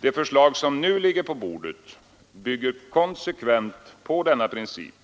Det förslag som nu ligger på bordet bygger konsekvent på denna princip,